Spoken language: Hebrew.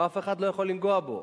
ואף אחד לא יכול לנגוע בו.